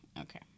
Okay